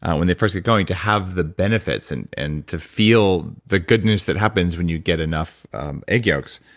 and when they first get going, to have the benefits and and to feel the goodness that happens when you get enough egg yolks.